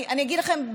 אני אגיד לכם,